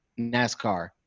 NASCAR